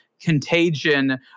contagion